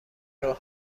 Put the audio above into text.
راه